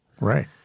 right